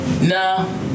no